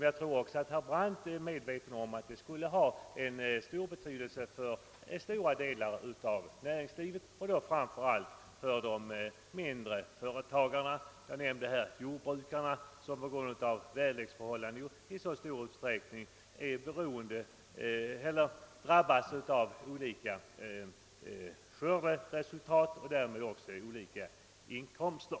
Jag tror att även herr Brandt är medveten om att det skulle ha betydelse för stora delar av näringslivet och då framför allt för de mindre företagarna. Jag nämnde här jordbrukarna som på grund av väderleksförhållandena får olika skörderesultat och därmed olika inkomster.